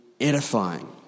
edifying